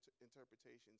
interpretations